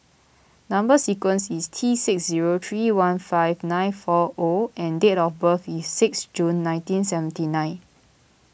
Number Sequence is T six zero three one five nine four O and date of birth is sixth June nineteen seventy nine